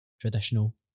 traditional